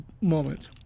moment